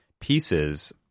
pieces